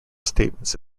statements